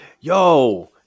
Yo